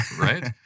right